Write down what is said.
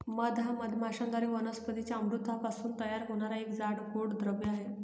मध हा मधमाश्यांद्वारे वनस्पतीं च्या अमृतापासून तयार होणारा एक जाड, गोड द्रव आहे